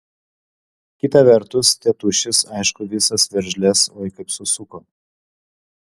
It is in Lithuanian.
kita vertus tėtušis aišku visas veržles oi kaip susuko